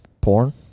Porn